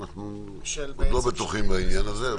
--- אנחנו עוד לא בטוחים בעניין הזה.